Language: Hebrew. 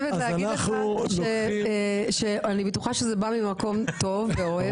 אני חייבת להגיד לך שאני בטוחה שזה בא ממקום טוב ואוהב,